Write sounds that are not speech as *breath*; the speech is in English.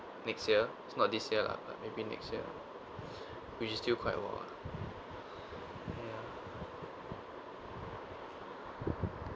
next year it's not this year lah but maybe next year *breath* which is still quite a while lah *breath* ya